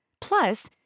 Plus